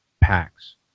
packs